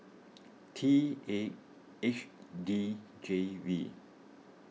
T eight H D J V